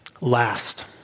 last